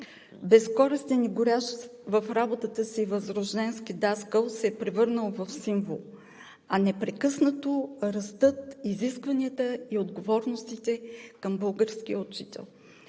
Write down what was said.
безкористен и горящ в работата си възрожденски даскал се е превърнал в символ. А непрекъснато растат изискванията и отговорностите към българския учител.